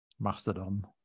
Mastodon